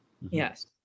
Yes